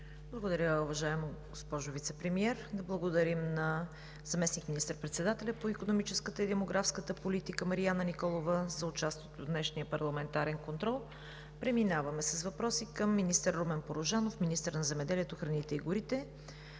Благодаря, уважаема госпожо Вицепремиер. Да благодарим на заместник министър-председателя по икономическата и демографската политика Мариана Николова за участието ѝ в днешния парламентарен контрол. Преминаваме с въпроси към министър Румен Порожанов – министър на земеделието, храните и горите.